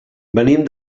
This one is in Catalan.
venim